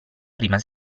prima